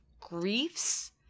griefs